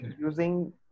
using